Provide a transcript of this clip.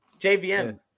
JVM